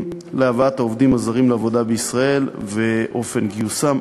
להבאת העובדים הזרים לעבודה בישראל ואופן גיוסם,